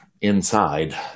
inside